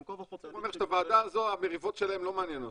בוא נאמר שאת הוועדה הזו המריבות שלהם לא מעניינות,